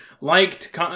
liked